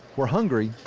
we're hungry,